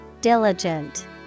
Diligent